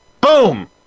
Boom